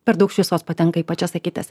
per daug šviesos patenka į pačias akytes